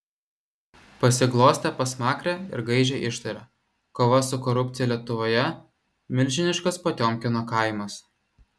pasiglostė pasmakrę ir gaižiai ištarė kova su korupcija lietuvoje milžiniškas potiomkino kaimas